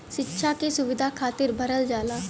सिक्षा के सुविधा खातिर भरल जाला